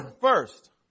First